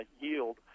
yield